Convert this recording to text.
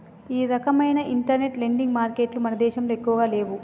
ఈ రకవైన internet lending మారికెట్టులు మన దేశంలో ఎక్కువగా లేవు